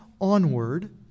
onward